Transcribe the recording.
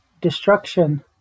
destruction